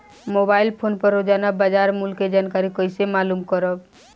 Mobile phone पर रोजाना बाजार मूल्य के जानकारी कइसे मालूम करब?